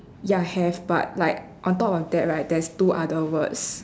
ya have but like on top of that right there's two other words